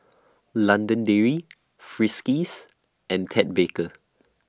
London Dairy Friskies and Ted Baker